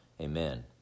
Amen